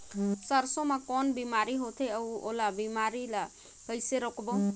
सरसो मा कौन बीमारी होथे अउ ओला बीमारी ला कइसे रोकबो?